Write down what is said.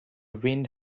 wind